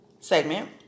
Segment